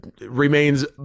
remains